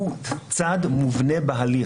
הוא צד מובנה בהליך.